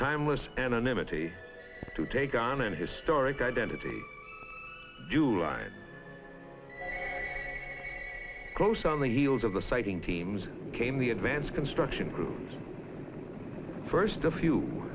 timeless anonymity to take on an historic identity line close on the heels of the sighting teams came the advance construction crews first